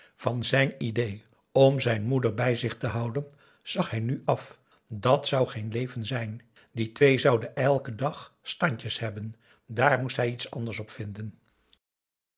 van zijn idée om zijn moeder bij zich te houden zag hij nu af dàt zou geen leven zijn die twee zouden eiken dag standjes hebben daar moest hij iets anders op vinden